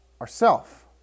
ourself